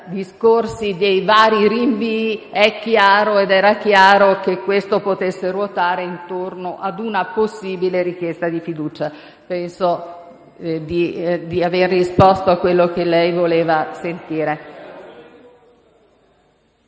discorsi relativi ai vari rinvii, è chiaro, ed era chiaro, che questo potesse ruotare intorno ad una possibile richiesta di fiducia. Penso di aver risposto alla sua domanda.